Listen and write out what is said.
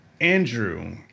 Andrew